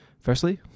Firstly